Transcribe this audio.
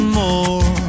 more